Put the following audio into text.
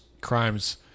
crimes